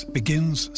begins